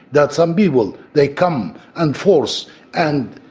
that some people they come and force and,